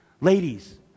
Ladies